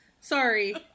sorry